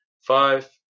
Five